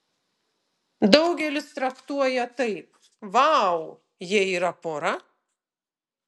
daugelis traktuoja taip vau jie yra pora